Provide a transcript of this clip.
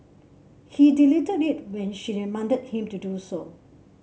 he deleted it when she demanded him to do so